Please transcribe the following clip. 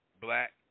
Black